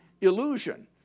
illusion